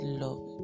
love